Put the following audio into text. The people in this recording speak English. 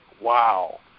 wow